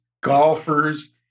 golfers